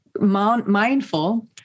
mindful